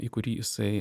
į kurį jisai